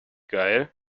geil